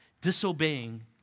disobeying